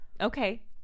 okay